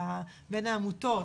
בין העמותות,